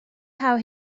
how